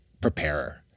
preparer